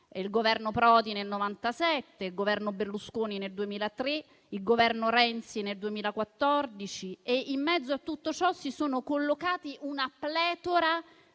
(il governo Prodi nel 1997, il governo Berlusconi nel 2003 e il governo Renzi nel 2014). In mezzo a tutto ciò si è collocata una pletora